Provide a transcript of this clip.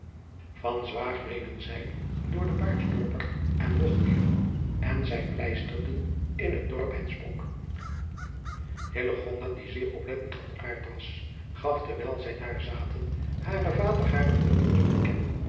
reden zij door de baarsdorper en wogmeer en zij pleisterden in het dorp hensbroek hillegonda die zeer oplettend van aard was gaf terwijl zij daar zaten haren vader hare verwondering te kennen